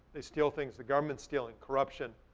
they steal things, the government's stealing, corruption.